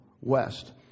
west